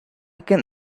can